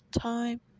time